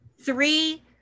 Three